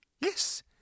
Yes